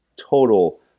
total